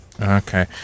Okay